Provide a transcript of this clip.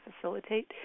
facilitate